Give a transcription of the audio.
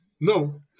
no